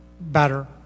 better